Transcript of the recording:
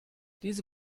diese